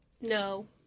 No